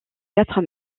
quatre